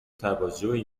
توجهی